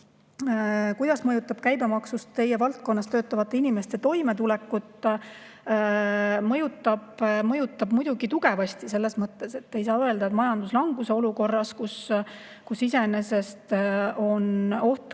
kasvab. Kuidas mõjutab käibemaksu tõus teie valdkonnas töötavate inimeste toimetulekut? Mõjutab muidugi tugevasti, aga õnneks ei saa öelda, et majanduslanguse olukorras, kus iseenesest on oht